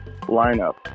lineup